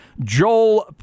Joel